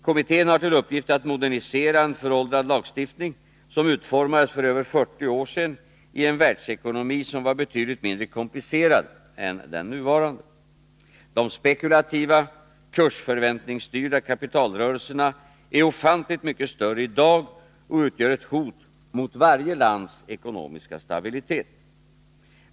Kommittén har till uppgift att modernisera en föråldrad lagstiftning som utformades för över 40 år sedan i en världsekonomi som var betydligt mindre komplicerad än den nuvarande. De spekulativa, kursförväntningsstyrda kapitalrörelserna är ofantligt mycket större i dag och utgör ett hot mot varje lands ekonomiska stabilitet.